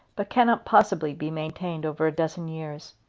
but cannot possibly be maintained over a dozen years.